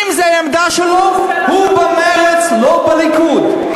אם זאת העמדה שלו, הוא במרצ, לא בליכוד.